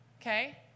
okay